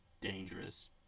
dangerous